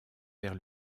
vers